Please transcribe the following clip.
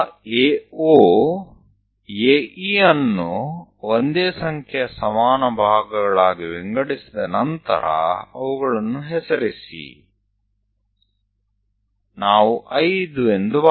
AO AE ને સમાન સંખ્યાના સરખા વિભાગોમાં વહેંચ્યા બાદ નામો આપો